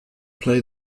play